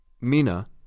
Mina